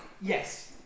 Yes